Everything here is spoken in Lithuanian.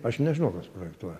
aš nežinau kas projektuoja